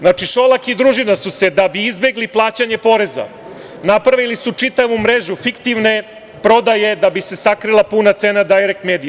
Znači, Šolak i družina su, da bi izbegli plaćanje poreza, napravili čitavu mrežu fiktivne prodaje da bi se sakrila puna cena „Dajrekt medije“